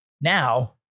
now